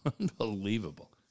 Unbelievable